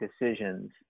decisions